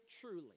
truly